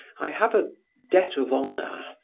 i have a debt of honor.